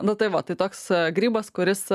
nu tai va tai toks grybas kuris